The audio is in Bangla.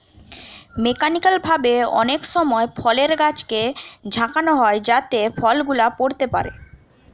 মেকানিক্যাল ভাবে অনেক সময় ফলের গাছকে ঝাঁকানো হয় যাতে ফল গুলা পড়তে পারে